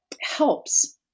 helps